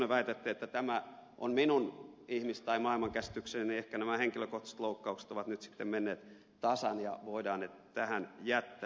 sirnö väitätte että tämä on minun ihmis tai maailmankäsitykseni niin ehkä nämä henkilökohtaiset loukkaukset ovat nyt sitten menneet tasan ja voidaan ne tähän jättää